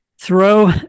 throw